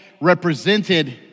represented